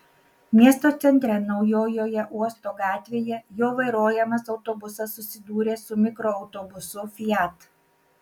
miesto centre naujojoje uosto gatvėje jo vairuojamas autobusas susidūrė su mikroautobusu fiat